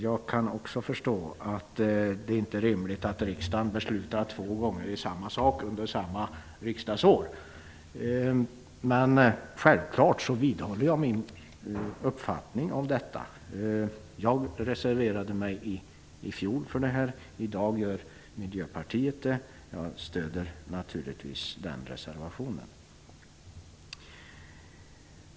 Jag kan också förstå att det inte är rimligt att riksdagen beslutar två gånger om samma sak under ett och samma riksdagsår. Men självklart vidhåller jag min uppfattning i frågan. Jag reserverade mig i fjol. Nu har Miljöpartiet reserverat sig, och jag stöder Miljöpartiets reservation.